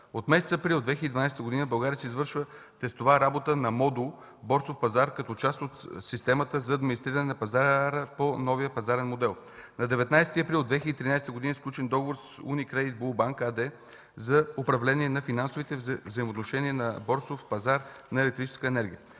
От месец април 2012 г. в България се извършва тестова работа на модул „Борсов пазар” като част от системата за администриране на пазара по новия пазарен модел. На 19 април 2013 г. е сключен договор с „УниКредит Булбанк” АД за управление на финансовите взаимоотношения на борсов пазар на електрическа енергия.